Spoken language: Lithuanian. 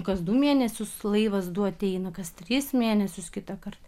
kas du mėnesius laivas du ateina kas tris mėnesius kitą kartą